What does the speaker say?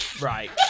right